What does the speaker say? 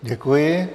Děkuji.